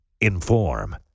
Inform